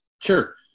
Sure